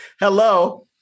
Hello